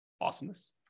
Awesomeness